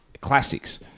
classics